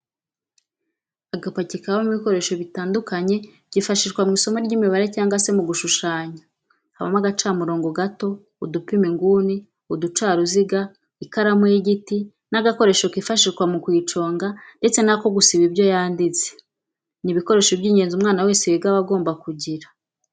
Agapaki kabamo ibikoresho bitandukanye byifashishwa mw'isomo ry'imibare cyangwa se mu gushushanya habamo agacamurongo gato, udupima inguni, uducaruziga ,ikaramu y'igiti n'agakoresho kifashishwa mu kuyiconga ndetse n'ako gusiba ibyo yanditse, ni ibikoresho by'ingenzi umwana wese wiga aba agomba kugira.